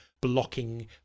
blocking